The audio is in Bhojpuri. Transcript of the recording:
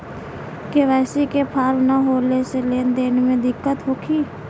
के.वाइ.सी के फार्म न होले से लेन देन में दिक्कत होखी?